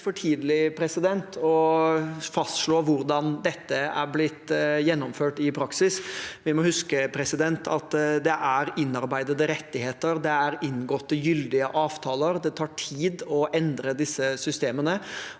for tidlig å fastslå hvordan dette er blitt gjennomført i praksis. Vi må huske at det er innarbeidede rettigheter, det er inngåtte gyldige avtaler, og det tar tid å endre disse systemene.